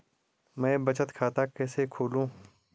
मैं बचत खाता कैसे खोलूँ?